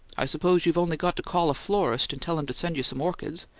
i suppose you've only got to call a florist and tell him to send you some orchids?